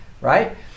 right